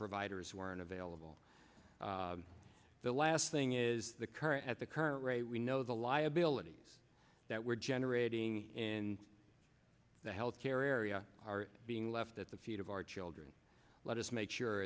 providers weren't available the last thing is the current at the current rate we know the liability that we're generating in the health care area are being left at the feet of our children let us make sure